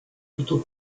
plutôt